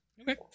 Okay